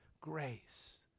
grace